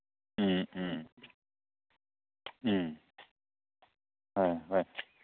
ꯎꯝ ꯎꯝ ꯎꯝ ꯍꯣꯏ ꯍꯣꯏ